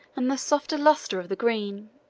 and the softer lustre of the green.